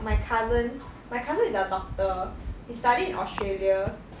my cousin my cousin is a doctor he studied in australia's